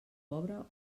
pobre